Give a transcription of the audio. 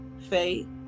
faith